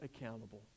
accountable